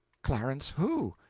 clarence who?